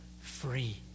free